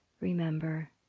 Remember